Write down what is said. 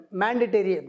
mandatory